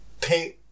paint